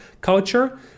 culture